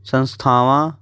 ਸੰਸਥਾਵਾਂ